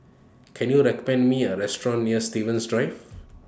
Can YOU recommend Me A Restaurant near Stevens Drive